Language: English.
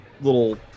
little